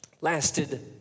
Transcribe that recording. lasted